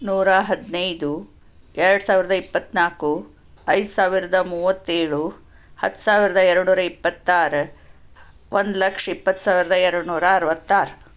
ನೂರ ಹದಿನೈದು ಎರಡು ಸಾವಿರದ ಇಪ್ಪತ್ತ್ನಾಲ್ಕು ಐದು ಸಾವಿರದ ಮೂವತ್ತೇಳು ಹತ್ತು ಸಾವಿರದ ಎರಡುನೂರ ಇಪ್ಪತ್ತಾರು ಒಂದು ಲಕ್ಷ ಇಪ್ಪತ್ತು ಸಾವಿರದ ಎರಡುನೂರ ಅರುವತ್ತಾರು